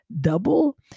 double